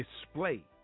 display